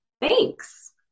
Thanks